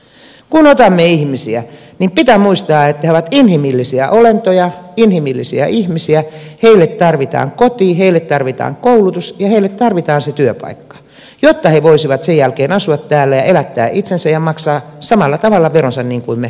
kun otamme ihmisiä niin pitää muistaa että he ovat inhimillisiä olentoja inhimillisiä ihmisiä heille tarvitaan koti heille tarvitaan koulutus ja heille tarvitaan se työpaikka jotta he voisivat sen jälkeen asua täällä ja elättää itsensä ja maksaa samalla tavalla veronsa niin kuin me